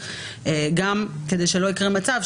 למשל כדי שלא יקרה מצב,